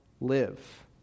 live